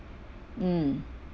mm